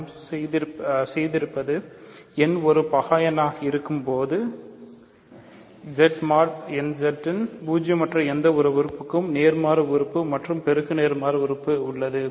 நாம் செய்திருப்பது n ஒரு பகா எண்ணாக இருக்கும்போது Z mod nZ இன் பூஜ்ஜியமற்ற எந்த உறுப்புக்கும் ஒரு நேர்மாறு உறுப்பு மற்றும் பெருக்க நேர்மாறு உறுப்பு உள்ளது